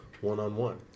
one-on-one